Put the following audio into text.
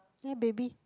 ya baby